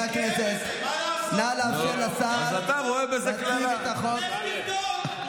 די גזעני מצידך, דודי אמסלם, לדבר אליי ככה.